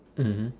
mmhmm